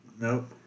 nope